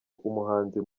umuhanzi